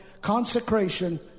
consecration